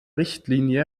richtlinie